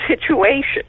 situation